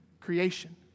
creation